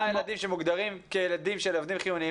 ילדים שמוגדרים כילדים של עובדים חיוניים,